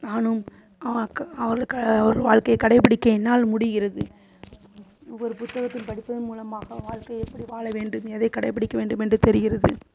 நானும் க அவளுக்கு ஒரு வாழ்க்கையை கடைபிடிக்க என்னால் முடிகிறது ஒவ்வொரு புத்தகத்தை படிப்பதன் மூலமாக வாழ்க்கை எப்படி வாழ வேண்டும் எதை கடைபிடிக்க வேண்டும் என்று தெரிகிறது